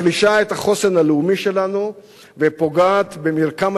מחלישה את החוסן הלאומי שלנו ופוגעת במרקם